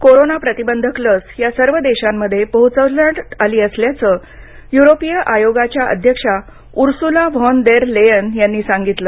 corona प्रतिबंधक लस या सर्व देशांमध्ये पोहोचवण्यात आली असल्याचं युरोपीय आयोगाच्या अध्यक्षा उर्सुला व्हॉन देर लेयन यांनी सांगितलं